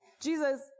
Jesus